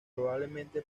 probablemente